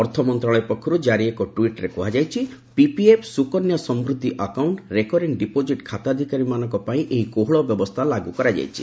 ଅର୍ଥ ମନ୍ତଶାଳୟ ପକ୍ଷରୁ ଜାରି ଏକ ଟୁଇଟ୍ରେ କୁହାଯାଇଛି ପିପିଏଫ ସୁକନ୍ୟା ସମୃଦ୍ଧି ଆକାଉଷ୍ଟି ରେକରିଂ ଡିପୋଜିଟ୍ ଖାତାଧାରୀ ମାନଙ୍କ ପାଇଁ ଏହି କୋହଳ ବ୍ୟବସ୍ଥା ଲାଗୁ କରାଯାଇଛି